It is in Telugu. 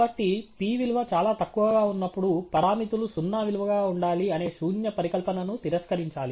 కాబట్టి p విలువ చాలా తక్కువగా ఉన్నప్పుడు పరామితులు సున్నా విలువగా ఉండాలి అనే శూన్య పరికల్పనను తిరస్కరించాలి